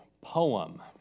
poem